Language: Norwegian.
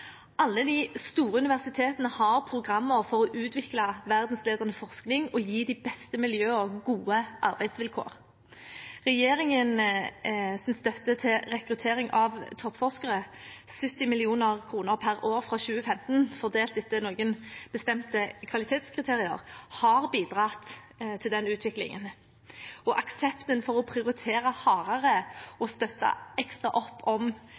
Alle de store universitetene har programmer for å utvikle verdensledende forskning og gi de beste miljøene gode arbeidsvilkår. Regjeringens støtte til rekruttering av toppforskere, 70 mill. kr per år fra 2015 fordelt etter noen bestemte kvalitetskriterier, har bidratt til denne utviklingen, og aksepten for å prioritere hardere og støtte ekstra opp om